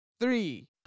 three